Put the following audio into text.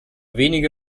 wenige